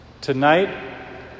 Tonight